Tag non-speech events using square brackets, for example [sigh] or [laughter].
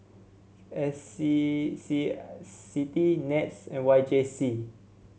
S C C [unintelligible] CITI NETS and Y J C